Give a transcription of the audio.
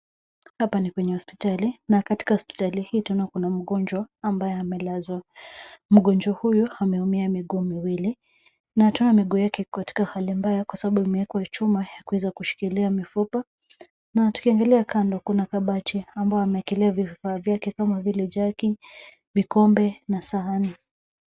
Hapa ni kwenye hospitali na katika hospitali hii twaona kuna mgonjwa ambaye amelazwa. Mgonjwa huyu ameumia miguu miwili na twaona miguu yake iko katika hali mbaya kwa sababu imewekwa chuma ya kuweza kushikilia mifupa na tukiangalia kando kuna kabati ambayo awekelea vifaa vyake kama vile jagi, vikombe na sahani.